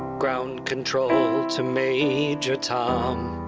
ground control to major tom,